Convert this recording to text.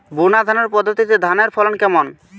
বুনাধানের পদ্ধতিতে ধানের ফলন কেমন?